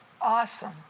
awesome